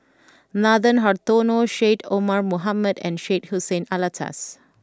Nathan Hartono Syed Omar Mohamed and Syed Hussein Alatas